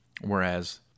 whereas